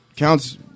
Count's